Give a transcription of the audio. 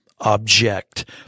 object